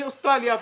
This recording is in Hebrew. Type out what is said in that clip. מאוסטרליה,